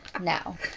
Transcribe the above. Now